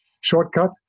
shortcut